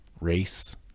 race